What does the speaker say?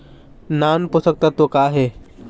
नान पोषकतत्व का हे?